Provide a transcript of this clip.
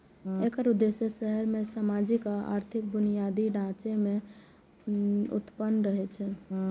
एकर उद्देश्य शहर मे सामाजिक आ आर्थिक बुनियादी ढांचे के उन्नयन रहै